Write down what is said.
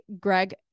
Greg